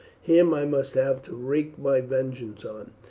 him i must have to wreak my vengeance on.